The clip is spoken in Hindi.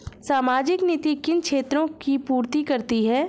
सामाजिक नीति किन क्षेत्रों की पूर्ति करती है?